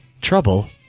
Trouble